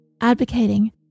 advocating